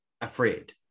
afraid